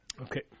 Okay